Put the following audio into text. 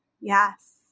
yes